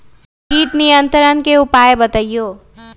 किट नियंत्रण के उपाय बतइयो?